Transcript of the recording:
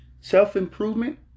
Self-improvement